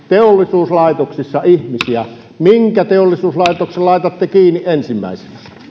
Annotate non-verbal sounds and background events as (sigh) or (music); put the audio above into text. (unintelligible) teollisuuslaitoksissa ihmisiä minkä teollisuuslaitoksen laitatte kiinni ensimmäisenä